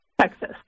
Texas